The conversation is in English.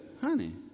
Honey